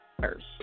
first